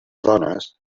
dones